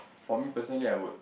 for me I personally would